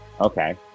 Okay